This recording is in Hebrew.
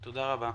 תודה רבה.